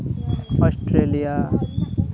Australia